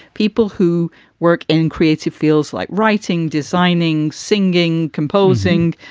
people who work in creative feels like writing, designing, singing, composing,